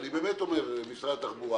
אני באמת אומר למשרד התחבורה